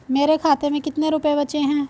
मेरे खाते में कितने रुपये बचे हैं?